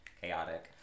Chaotic